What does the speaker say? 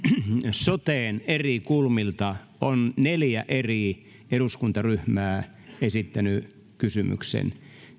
soteen eri kulmilta on neljä eri eduskuntaryhmää esittänyt kysymyksen